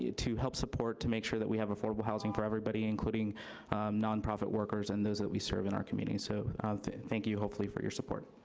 to help support to make sure that we have affordable housing for everybody including nonprofit workers and those that we serve in our community. so thank you, hopefully, for your support.